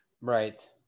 Right